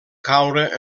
caure